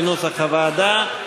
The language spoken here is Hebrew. כנוסח הוועדה,